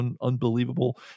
unbelievable